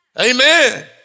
Amen